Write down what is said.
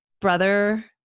brother